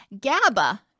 GABA